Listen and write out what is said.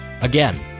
Again